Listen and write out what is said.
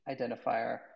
identifier